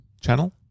channel